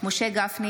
משה גפני,